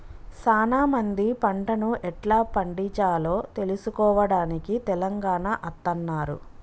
సానా మంది పంటను ఎట్లా పండిచాలో తెలుసుకోవడానికి తెలంగాణ అత్తన్నారు